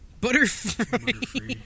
Butterfly